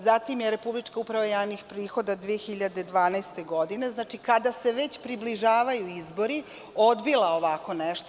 Zatim je Republička uprava javnih prihoda 2012. godine kada se već približavaju izbori odbila ovako nešto.